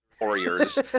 warriors